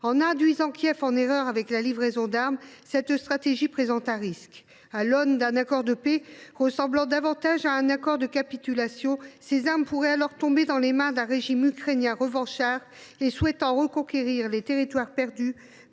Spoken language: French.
En induisant Kiev en erreur avec la livraison d’armes, cette stratégie présente un risque. À l’occasion d’un accord de paix ressemblant davantage à un accord de capitulation, ces armes pourraient tomber dans les mains d’un régime ukrainien revanchard et souhaitant reconquérir par la force les territoires perdus,